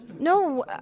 No